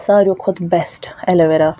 سارِویو کھۄتہٕ best aloe vera